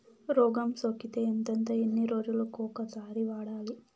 రోగం సోకితే ఎంతెంత ఎన్ని రోజులు కొక సారి వాడాలి?